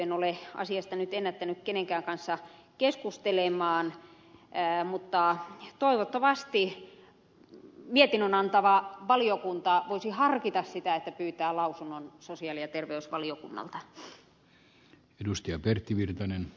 en ole asiasta nyt ennättänyt kenenkään kanssa keskustella mutta toivottavasti mietinnön antava valiokunta voisi harkita sitä että pyytää lausunnon sosiaali ja terveysvaliokunnalta